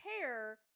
pair